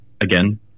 again